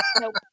Nope